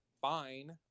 fine